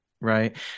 Right